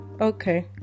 okay